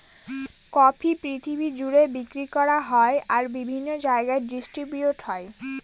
coffee পৃথিবী জুড়ে বিক্রি করা হয় আর বিভিন্ন জায়গায় ডিস্ট্রিবিউট হয়